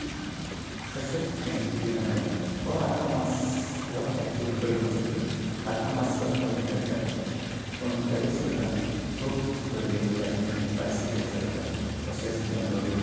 तशेंच आनी विटू दांडा हो आतां मातसो हो एकच्युली पयलींचो खेळ आतां मातसो कमी खेळटात पूण तरी सुद्दां खूब भुरगे तातूंन पारटीसिपेट जातात तशेंच नगोऱ्यो